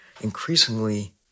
increasingly